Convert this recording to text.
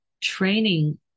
training